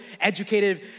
educated